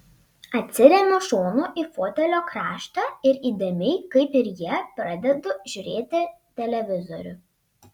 atsiremiu šonu į fotelio kraštą ir įdėmiai kaip ir jie pradedu žiūrėti televizorių